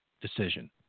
decision